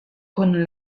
con